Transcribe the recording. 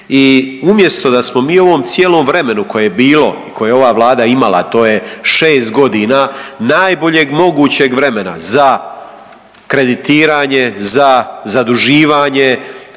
I umjesto da smo mi u cijelom ovom vremenu koje je bilo i koje je ova Vlada imala a to je 6 godina najboljeg mogućeg vremena za kreditiranje, za zaduživanje,